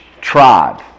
tribe